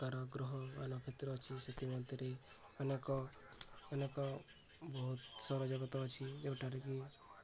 ପ୍ରକାର ଗ୍ରହମାନେ କ୍ଷେତ୍ର ଅଛି ସେଥିମଧ୍ୟରେ ଅନେକ ଅନେକ ବହୁତ ସୌରଜଗତ ଅଛି ଯେଉଁଠାରେ କି